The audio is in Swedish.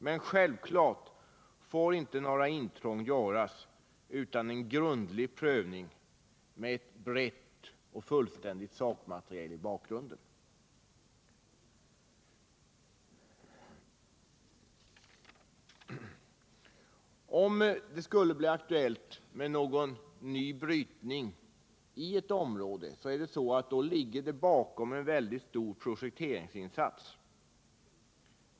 Men självklart får inte några intrång göras utan en grundlig prövning med ett brett och fullständigt sakmateriel i bakgrunden. Om det skulle bli aktuellt med någon ny brytning i ett område är det så att bakom ligger en mycket stor prospekteringsinsats.